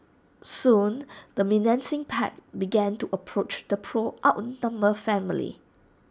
soon the menacing pack began to approach the poor outnumbered family